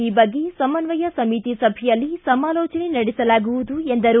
ಈ ಬಗ್ಗೆ ಸಮನ್ವಯ ಸಮಿತಿ ಸಭೆಯಲ್ಲಿ ಸಮಾಲೋಚನೆ ನಡೆಸಲಾಗುವುದು ಎಂದರು